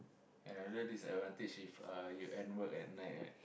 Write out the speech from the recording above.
another disadvantage if uh you end work at night right